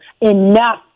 enough